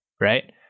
right